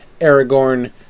Aragorn